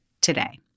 today